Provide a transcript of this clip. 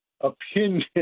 opinion